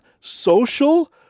social